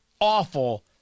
awful